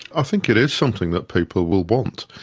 i think it is something that people will want.